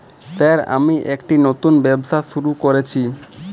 Sir আমি একটি নতুন ব্যবসা শুরু করেছি?